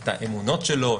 את האמונות שלו,